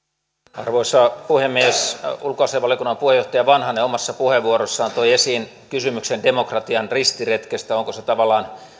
arvoisa puhemies ulkoasiainvaliokunnan puheenjohtaja vanhanen omassa puheenvuorossaan toi esiin kysymyksen demokratian ristiretkestä onko se tavallaan